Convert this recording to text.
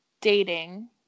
dating